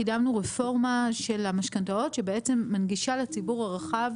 קידמנו רפורמה של המשכנתאות שבעצם מנגישה לציבור הרחב,